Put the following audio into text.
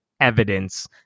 evidence